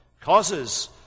causes